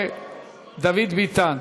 דוד ביטן,